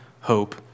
hope